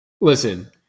Listen